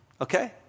okay